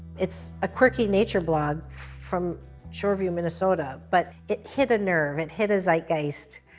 it's a quirky nature blog from shoreview, minnesota but it hit a nerve, it hit a zeitgeist,